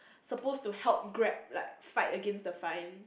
suppose to help Grab like fight against the fine